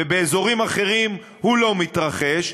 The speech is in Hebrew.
ובאזורים אחרים הוא לא מתרחש,